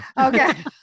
okay